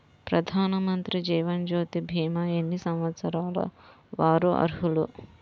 ప్రధానమంత్రి జీవనజ్యోతి భీమా ఎన్ని సంవత్సరాల వారు అర్హులు?